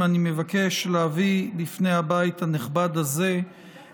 אני מזמין את חבר הכנסת קריב להציג את הצעת